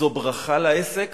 זו ברכה לעסק,